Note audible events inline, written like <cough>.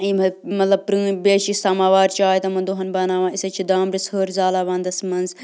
یِم <unintelligible> مطلب پرٛٲنۍ بیٚیہِ حظ چھِ أسۍ سَمَوار چاے تِمَن دۄہَن بَناوان أسۍ حظ چھِ دانٛمبرِس ۂر زالان وَنٛدَس منٛز